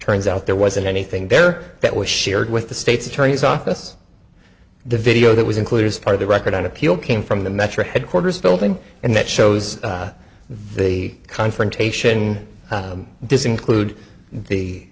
turns out there wasn't anything there that was shared with the state's attorney's office the video that was included as part of the record on appeal came from the metra headquarters building and that shows the confrontation does include the